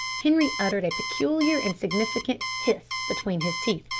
henri uttered a peculiar and significant hiss between his teeth,